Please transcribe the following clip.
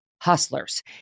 hustlers